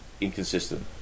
inconsistent